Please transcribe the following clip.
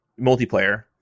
multiplayer